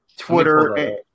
Twitter